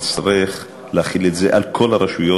נצטרך להחיל את זה על כל הרשויות,